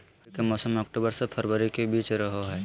रबी के मौसम अक्टूबर से फरवरी के बीच रहो हइ